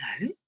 no